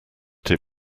that